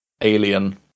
alien